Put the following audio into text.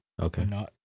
Okay